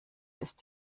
ist